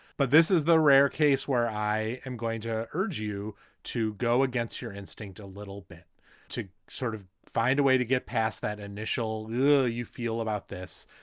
but this is the rare case where i am going to urge you to go against your instinct a little bit to sort of find a way to get past that initial you feel about this,